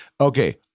okay